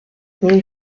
mille